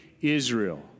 Israel